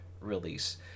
release